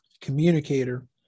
communicator